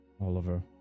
Oliver